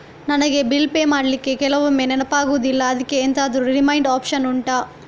ನನಗೆ bill pay ಮಾಡ್ಲಿಕ್ಕೆ ಕೆಲವೊಮ್ಮೆ ನೆನಪಾಗುದಿಲ್ಲ ಅದ್ಕೆ ಎಂತಾದ್ರೂ ರಿಮೈಂಡ್ ಒಪ್ಶನ್ ಉಂಟಾ